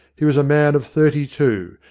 he was a man of thirty-two,